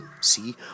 See